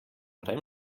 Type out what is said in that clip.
rem